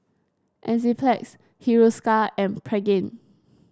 Enzyplex Hiruscar and Pregain